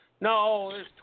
No